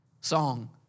song